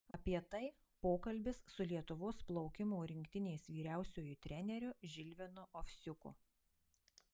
apie tai pokalbis su lietuvos plaukimo rinktinės vyriausiuoju treneriu žilvinu ovsiuku